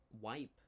wipe